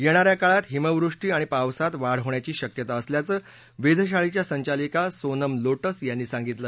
येणाऱ्या काळात हिमवृष्टी आणि पावसात वाढ होण्याची शक्यता असल्याचं वेधशाळेच्या संचलिका सोनम लोटस यांनी सांगितलं